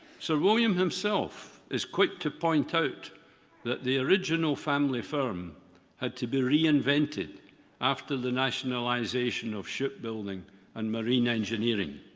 sir william himself, is quick to point out that the original family farm had to be reinvented after the nationalisation of shipbuilding and marine engineering.